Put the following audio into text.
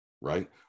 right